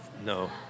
No